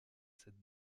cette